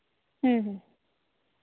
ᱦᱩᱸ ᱦᱩᱸ